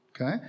Okay